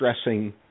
stressing